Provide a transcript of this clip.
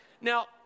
Now